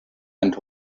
and